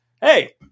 Hey